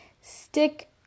stick